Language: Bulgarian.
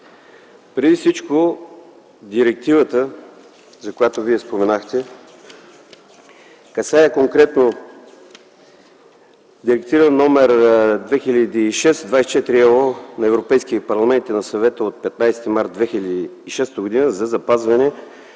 Преди всичко директивата, за която Вие споменахте, касае конкретно Директива № 2006/24 ЕО на Европейския парламент и на Съвета от 15 март 2006 г. за запазване